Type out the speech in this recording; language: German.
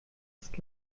ist